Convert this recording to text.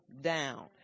down